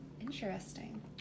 Interesting